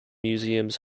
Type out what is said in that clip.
museums